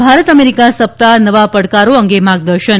Bharat America સપ્તાહ નવા પડકારો અંગે માર્ગદર્શન